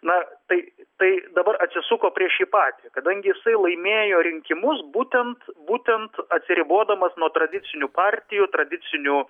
na tai tai dabar atsisuko prieš jį patį kadangi jisai laimėjo rinkimus būtent būtent atsiribodamas nuo tradicinių partijų tradicinių